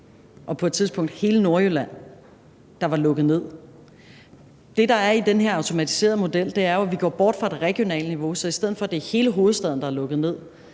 hele Nordjylland, der var lukket ned. Det, der ligger i den her automatiserede model, er jo, at vi går bort fra det regionale niveau, så vi, i stedet for at det er hele hovedstaden, der er lukket ned